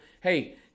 hey